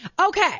Okay